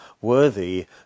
worthy